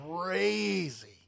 crazy